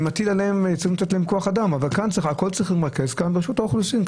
צריך לתת להן כוח אדם אבל את הכול צריכה לרכז רשות האוכלוסין.